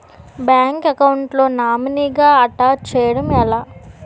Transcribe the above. Bank account లో నామినీగా attach చేయడం ఎలా?